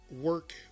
work